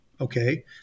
Okay